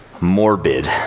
morbid